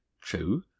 True